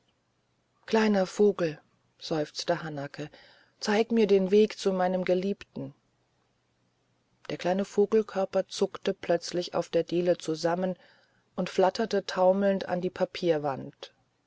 kleiner vogel seufzte hanake zeige mir den weg zu meinem geliebten der kleine vogelkörper zuckte plötzlich auf der diele zusammen und flatterte taumelnd an die papierwand